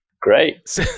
Great